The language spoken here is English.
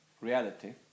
reality